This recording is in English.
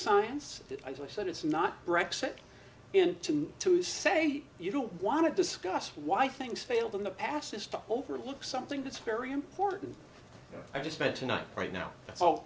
science i said it's not rex said to me to say you don't want to discuss why things failed in the past is to overlook something that's very important i just meant tonight right now